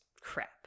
crap